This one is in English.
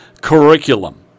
curriculum